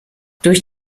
durch